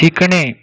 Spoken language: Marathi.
शिकणे